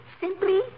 simply